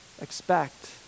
Expect